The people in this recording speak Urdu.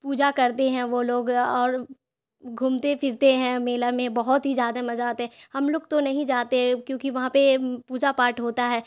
پوجا کرتے ہیں وہ لوگ اور گھومتے پھرتے ہیں میلہ میں بہت ہی زیادہ مزہ آتا ہے ہم لوگ تو نہیں جاتے کیونکہ وہاں پہ پوجا پاٹھ ہوتا ہے